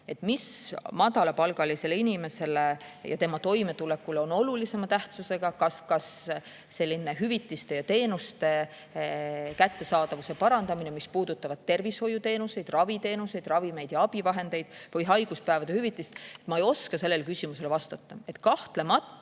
Mis on madalapalgalisele inimesele ja tema toimetulekule olulisema tähtsusega, kas hüvitiste ja teenuste kättesaadavuse parandamine, mis puudutab tervishoiuteenuseid, raviteenuseid, ravimeid ja abivahendeid, või haiguspäevade hüvitis – ma ei oska sellele küsimusele vastata. Kahtlemata